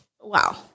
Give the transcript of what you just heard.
wow